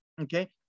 Okay